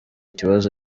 ikibazo